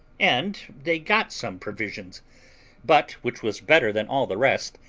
and they got some provisions but, which was better than all the rest,